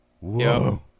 Whoa